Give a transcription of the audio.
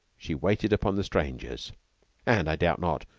she waited upon the strangers and, i doubt not,